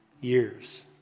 years